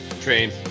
Train